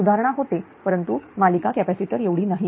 सुधारणा होते परंतु मालिका कॅपॅसिटर एवढी नाही